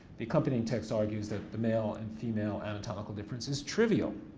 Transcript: the accompanying text argues that the male and female anatomical difference is trivial